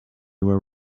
were